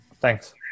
Thanks